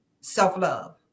self-love